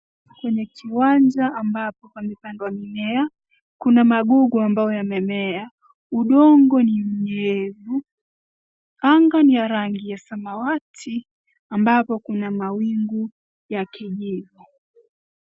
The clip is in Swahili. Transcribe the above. Kwenye kiwanja ambapo pamepandwa mimea kuna magugu ambayo yamemea. Udongo ni mnyevu. Anga ni ya rangi ya samawati ambapo kuna mawingu ya kijivu.